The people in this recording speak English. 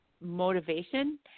motivation